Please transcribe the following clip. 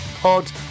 pod